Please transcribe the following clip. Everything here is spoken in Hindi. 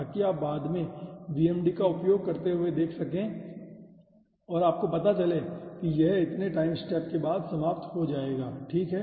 ताकि आप बाद में VMD का उपयोग करते हुए देख सकें और आपको पता चले कि यह इतने टाइम स्टेप के बाद समाप्त हो जाएगा ठीक है